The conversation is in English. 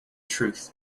truth